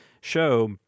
show—